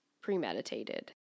premeditated